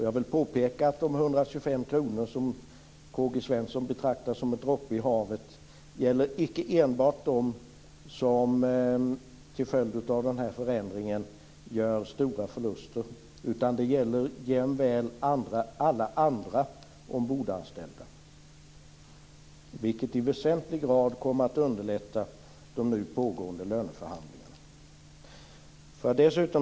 Jag vill påpeka att de 125 kr som K-G Svenson betraktar som en droppe i havet icke enbart gäller de som till följd av den här förändringen gör stora förluster, utan det gäller jämväl alla andra ombordanställda, vilket i väsentlig grad kommer att underlätta de nu pågående löneförhandlingarna.